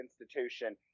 institution